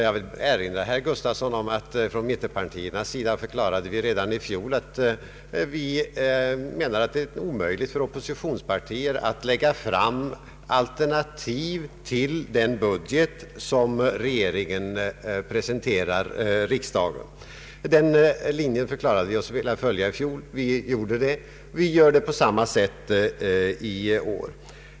Jag vill erinra herr Gustavsson om att vi från mittenpartierna redan i fjol förklarade att vi anser att det är omöjligt för oppositionspartier att lägga fram alternativ till den budget som regeringen presenterar riksdagen. Den linjen förklarade vi oss vilja följa i fjol. Vi gör det på samma sätt i år.